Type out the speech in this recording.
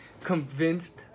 convinced